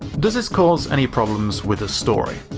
does this cause any problems with the story?